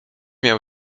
miał